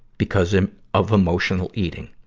because um of emotional eating.